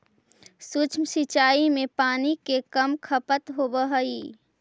सूक्ष्म सिंचाई में पानी के कम खपत होवऽ हइ